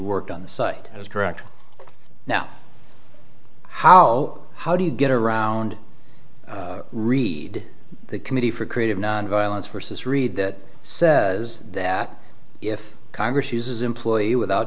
worked on the site as director now how how do you get around read the committee for creative nonviolence versus read that says that if congress uses employee without